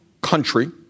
country